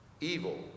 Evil